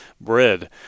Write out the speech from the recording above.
bread